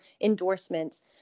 endorsements